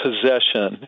possession